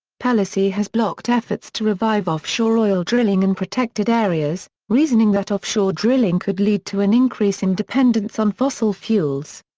pelosi has blocked efforts to revive offshore oil drilling in protected areas, reasoning that offshore drilling could lead to an increase in dependence on fossil fuels.